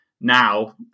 now